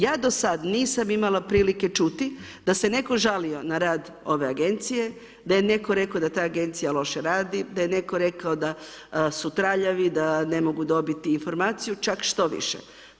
Ja do sada nisam imala prilike čuti da se netko žalio na rad ove agencije, da je netko rekao da ta agencija loše radi, da je netko rekao da su traljavi, da ne mogu dobiti informaciju, čak štoviše.